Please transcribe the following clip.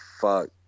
fuck